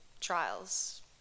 trials